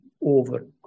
over